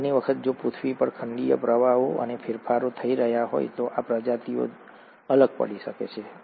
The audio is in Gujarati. અને ઘણી વખત જો પૃથ્વી પર ખંડીય પ્રવાહો અને ફેરફારો થઈ રહ્યા હોય તો આ પ્રજાતિઓ અલગ પડી શકે છે